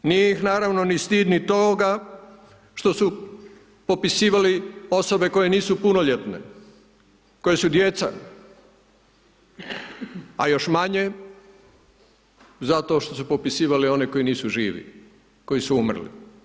Nije ih naravno ni stid ni toga što su popisivali osobe koje nisu punoljetne, koja su djeca, a još manje, zato što su popisivali one koje nisu živi, koji su umrli.